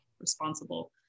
responsible